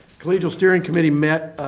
collegial steering committee met